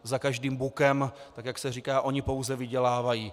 Za každým bukem, tak jak se říká, oni pouze vydělávají.